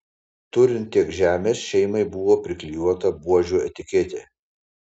turint tiek žemės šeimai buvo priklijuota buožių etiketė